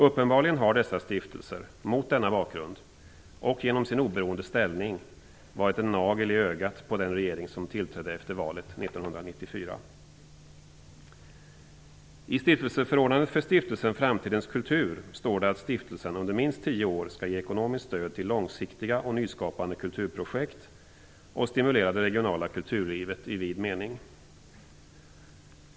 Dessa stiftelser har uppenbarligen mot denna bakgrund och genom sin oberoende ställning varit en nagel i ögat på den regering som tillträdde efter valet 1994. I stiftelseförordnandet för Stiftelsen framtidens kultur står det att stiftelsen under minst tio år skall ge ekonomiskt stöd till långsiktiga och nyskapande kulturprojekt och stimulera det regionala kulturlivet i vid mening.